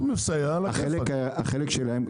החלק שלהם,